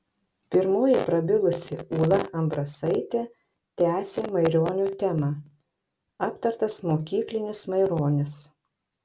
pirmoji prabilusi ūla ambrasaitė tęsė maironio temą aptartas mokyklinis maironis